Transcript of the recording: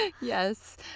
Yes